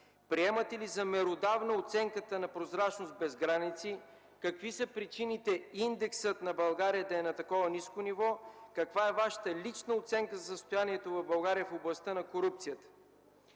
Приемате ли за меродавна оценката на „Прозрачност без граници”? Какви са причините индексът на България да е на такова ниско ниво? Каква е Вашата лична оценка за състоянието в България в областта на корупцията?